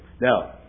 Now